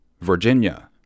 Virginia